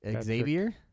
xavier